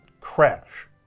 crash